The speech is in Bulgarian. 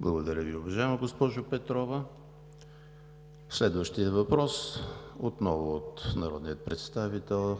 Благодаря Ви, уважаема госпожо Петрова. Следващият въпрос отново е от народния представител